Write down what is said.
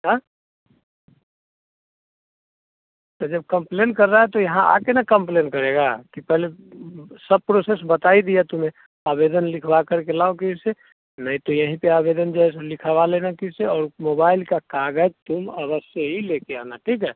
हाँ तो जब कम्पेन कर रहा है तो यहाँ आकर ना कम्पलेन करेगा कि पहले सब प्रोसेस बता ही दिया तुम्हे आवेदन लिखवा करके लाओ किसी से नहीं तो यहीं पर आवेदन जो है सो लिखवा लेना किसी से और मोबाइल का कागज़ तुम अवश्य ही लेकर आना ठीक है